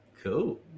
Cool